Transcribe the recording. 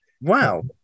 Wow